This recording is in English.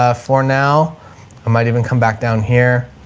ah for now i might even come back down here